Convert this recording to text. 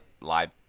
live